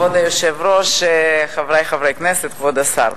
כבוד היושב-ראש, חברי חברי הכנסת, כבוד השר,